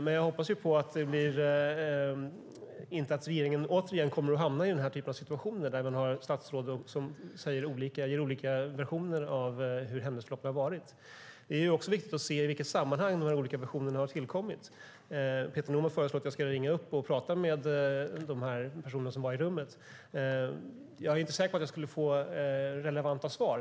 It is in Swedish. Men jag hoppas att regeringen inte återigen kommer att hamna i denna typ av situationer där man har statsråd som ger olika versioner av hur händelseförloppen har varit. Det är också viktigt att se i vilket sammanhang dessa olika versioner har tillkommit. Peter Norman föreslår att jag ska ringa och tala med de personer som var i rummet. Jag är inte säker på att jag skulle få relevanta svar.